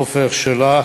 עפר שלח,